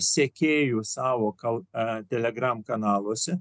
sekėjų sąvo kanaluose